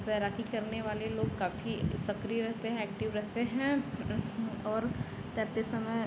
तैराकी करने वाले लोग काफ़ी सक्रिय रहते हैं एक्टिव रहते हैं और तैरते समय